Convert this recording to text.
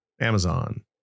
Amazon